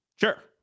Sure